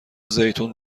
زیتون